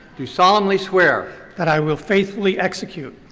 do solemnly swear. that i will faithfully execute.